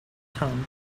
come